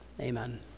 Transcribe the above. amen